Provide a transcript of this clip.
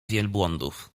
wielbłądów